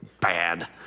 bad